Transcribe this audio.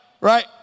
Right